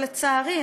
ולצערי,